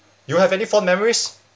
you have any fond memories